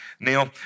Neil